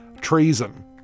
Treason